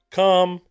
come